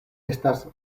estas